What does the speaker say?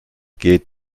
geht